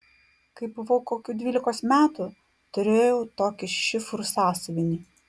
kai buvau kokių dvylikos metų turėjau tokį šifrų sąsiuvinį